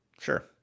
Sure